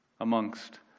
amongst